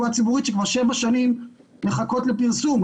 ציבורית שכבר שבע שנים מחכות לפרסום.